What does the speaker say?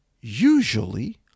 usually